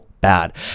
bad